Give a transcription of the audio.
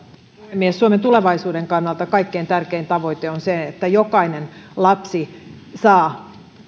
puhemies suomen tulevaisuuden kannalta kaikkein tärkein tavoite on se että jokainen lapsi saa